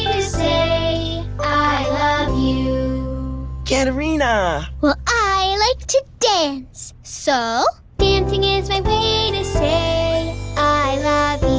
say i love you katerina. well, i like to dance, so dancing is my way to say i love